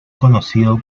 conocido